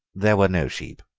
there were no sheep.